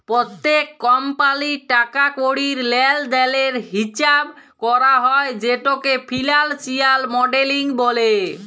প্যত্তেক কমপালির টাকা কড়ির লেলদেলের হিচাব ক্যরা হ্যয় যেটকে ফিলালসিয়াল মডেলিং ব্যলে